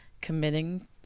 committing